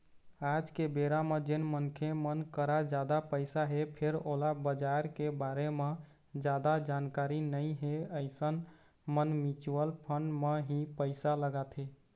आज के बेरा म जेन मनखे मन करा जादा पइसा हे फेर ओला बजार के बारे म जादा जानकारी नइ हे अइसन मन म्युचुअल फंड म ही पइसा लगाथे